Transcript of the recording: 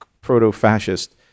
proto-fascist